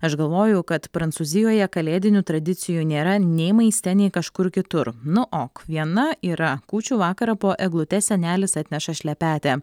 aš galvojau kad prancūzijoje kalėdinių tradicijų nėra nei maiste nei kažkur kitur nu ok viena yra kūčių vakarą po eglute senelis atneša šlepetę